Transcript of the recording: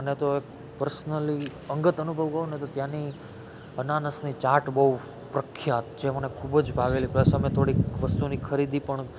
મને તો એક પર્સનલી અંગત અનુભવ કહુને તો ત્યાંની અનાનસની ચાટ બહુ પ્રખ્યાત જે મને ખૂબ જ ભાવેલી પ્લસ અમે થોડીક વસ્તુની ખરીદી પણ